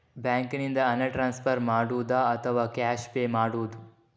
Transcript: ಬ್ಯಾಂಕಿನಿಂದ ಹಣ ಟ್ರಾನ್ಸ್ಫರ್ ಮಾಡುವುದ ಅಥವಾ ಕ್ಯಾಶ್ ಪೇ ಮಾಡುವುದು?